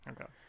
Okay